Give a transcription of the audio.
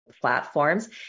platforms